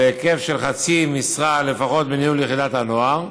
בהיקף של חצי משרה לפחות בניהול יחידת הנוער,